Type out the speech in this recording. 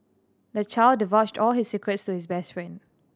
the child divulged all his secrets to his best friend